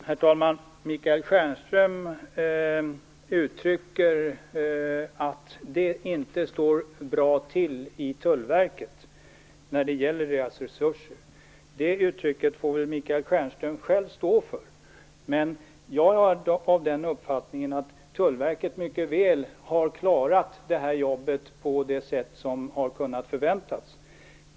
Herr talman! Michael Stjernström uttrycker att det inte står rätt till i Tullverket när det gäller dess resurser. Det uttrycket får väl Michael Stjernström själv stå för. Jag är av den uppfattningen att Tullverket mycket väl har klarat sitt jobb på det sätt som har kunnat förväntas.